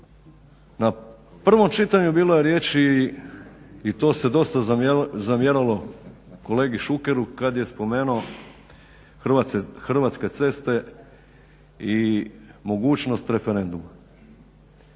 Na prvom čitanju bilo je riječi i to se dosta zamjeralo kolegi Šukeru kad je spomenuo Hrvatske ceste i mogućnost referenduma.